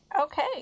Okay